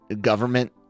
government